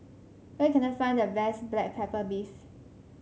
where can I find the best Black Pepper Beef